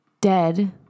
dead